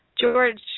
George